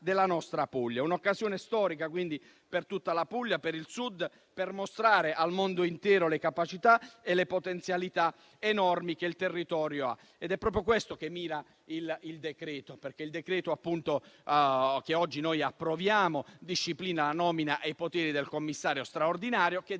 della nostra Puglia; un'occasione storica per tutta la Puglia, per il Sud, per mostrare al mondo intero le capacità e le potenzialità enormi del territorio. È proprio a questo che mira il decreto-legge al nostro esame, perché il provvedimento che oggi approviamo disciplina la nomina e i poteri del commissario straordinario che